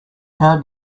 how